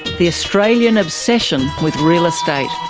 the australian obsession with real estate.